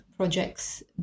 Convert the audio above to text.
Projects